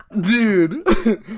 Dude